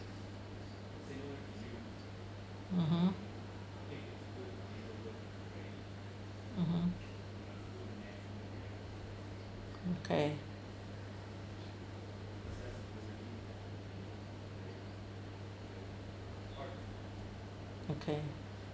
mmhmm mmhmm okay okay